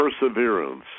perseverance